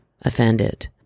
offended